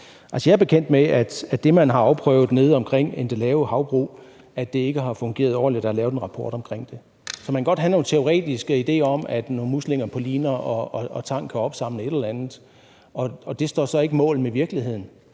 Jeg er bekendt med, at det, man har afprøvet nede omkring Endelave Hav- og Dambrug ikke har fungeret ordentligt, og der er lavet en rapport om det. Så man kan godt have nogle teoretiske idéer om, at nogle muslinger på liner og tang kan opsamle et eller andet, men det står så ikke mål med virkeligheden.